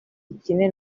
ikine